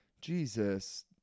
Jesus